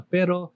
Pero